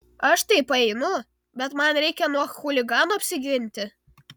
aš tai paeinu bet man reikia nuo chuliganų apsiginti